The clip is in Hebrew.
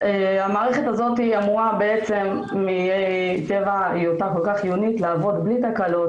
המערכת הזאת אמורה בעצם מטבע היותה כל כך חיונית לעבוד בלי תקלות,